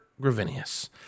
Gravinius